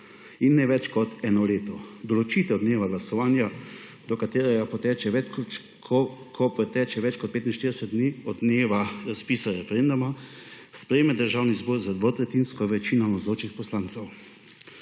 in ne več kot eno leto. Določitev dneva glasovanja, od katerega preteče več kot 45 dni od dneva razpisa referenduma, sprejme Državni zbor z dvotretjinsko večino navzočih poslancev.